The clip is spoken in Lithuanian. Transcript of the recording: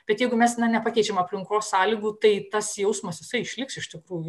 bet jeigu mes na nepakeičiam aplinkos sąlygų tai tas jausmas jisai išliks iš tikrųjų